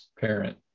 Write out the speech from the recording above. parent